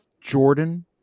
Jordan